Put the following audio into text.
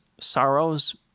sorrows